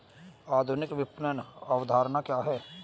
आधुनिक विपणन अवधारणा क्या है?